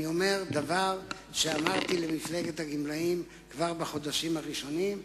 אני אומר דבר שאמרתי למפלגת הגמלאים כבר בחודשים הראשונים.